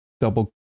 Double